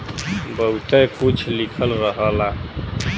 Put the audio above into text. बहुते कुछ लिखल रहला